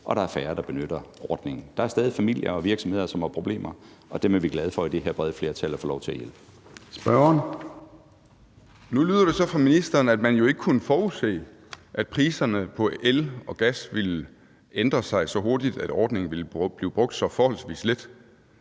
at der er færre, der benytter ordningen. Der er stadig familier og virksomheder, som har problemer, og dem er vi i det her brede flertal glade for at få lov til at hjælpe. Kl. 14:09 Formanden (Søren Gade): Spørgeren. Kl. 14:09 Ole Birk Olesen (LA): Nu lyder det så fra ministeren, at man jo ikke kunne forudse, at priserne på el og gas ville ændre sig så hurtigt, at ordningen ville blive brugt så forholdsvis lidt.